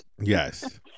Yes